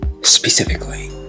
Specifically